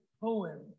poem